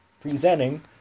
presenting